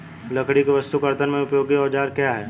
लकड़ी की वस्तु के कर्तन में उपयोगी औजार क्या हैं?